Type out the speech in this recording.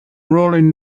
rolling